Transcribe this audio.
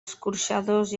escorxadors